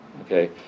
Okay